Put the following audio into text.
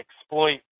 exploit